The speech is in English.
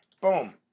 Boom